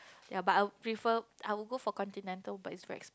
ya but I will prefer I will go for continental but it's very ex~